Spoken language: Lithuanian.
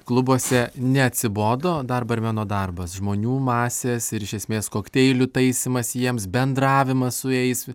klubuose neatsibodo dar barmeno darbas žmonių masės ir iš esmės kokteilių taisymas jiems bendravimas su jais